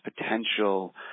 potential